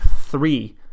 three